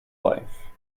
life